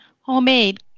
homemade